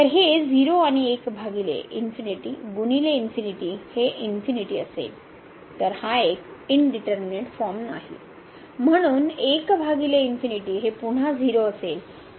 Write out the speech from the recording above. तर हे 0 आणि 1 भागिले गुणिले हे असेल तर हा एक इनडीटर्मिनेट फॉर्म नाही म्हणून 1भागिले हे पुन्हा 0 असेल